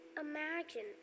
imagine